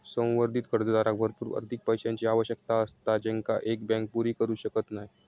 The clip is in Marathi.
संवर्धित कर्जदाराक भरपूर अधिक पैशाची आवश्यकता असता जेंका एक बँक पुरी करू शकत नाय